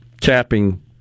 capping